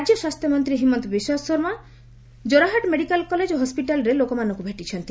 ରାଜ୍ୟ ସ୍ୱାସ୍ଥ୍ୟମନ୍ତ୍ରୀ Himanta Biswa Sarma Jorhat medical college ଏବଂ ହସ୍ୱିଟାଲ୍ରେ ଲୋକମାନଙ୍କୁ ଭେଟିଛନ୍ତି